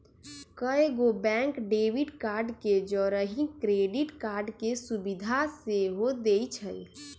कएगो bank debit card के जौरही क्रेडिट कार्ड के सुभिधा सेहो देइ छै